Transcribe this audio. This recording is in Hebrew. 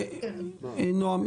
נעם,